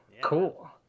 cool